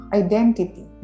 identity